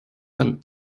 some